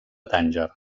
tànger